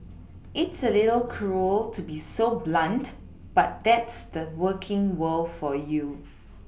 it's a little cruel to be so blunt but that's the working world for you